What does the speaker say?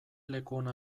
lekuona